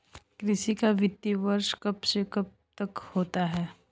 कृषि का वित्तीय वर्ष कब से कब तक होता है?